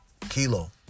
Kilo